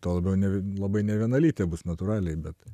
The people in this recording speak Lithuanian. tuo labiau labai nevienalytė bus natūraliai bet